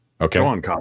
Okay